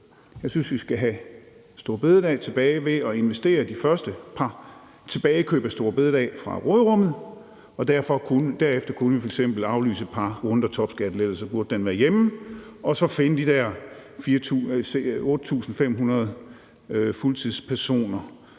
Jeg synes, vi skal have store bededag tilbage ved at investere i de første par tilbagekøb af store bededag fra råderummet, og derefter kunne vi f.eks. aflyse et par runder topskattelettelser, så burde den være hjemme, og så finde de der 8.500 fuldtidspersoner